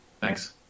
Thanks